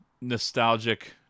nostalgic